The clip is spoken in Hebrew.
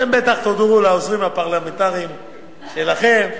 אתם בטח תודו לעוזרים הפרלמנטריים שלכם,